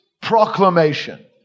proclamation